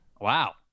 Wow